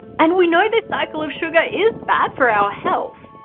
and we know this cycle of sugar is bad for our health.